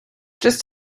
just